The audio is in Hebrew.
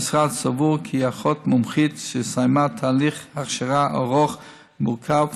המשרד סבור כי אחות מומחית שסיימה תהליך הכשרה ארוך ומורכב,